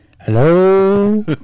Hello